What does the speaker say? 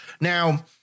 Now